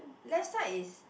left side is